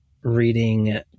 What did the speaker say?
reading